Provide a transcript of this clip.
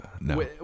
No